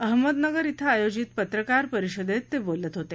अहमदनगर इथं ायोजित पत्रकार परिषदेत ते काल बोलत होते